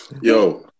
Yo